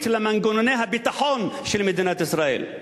של מנגנוני הביטחון של מדינת ישראל.